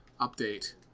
update